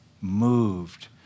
moved